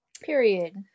Period